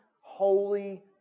holy